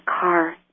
car